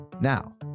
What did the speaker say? now